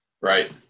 Right